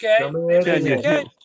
Okay